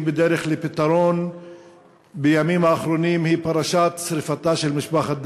בדרך לפתרון היא פרשת שרפתה של משפחת דוואבשה?